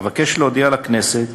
אבקש להודיע לכנסת,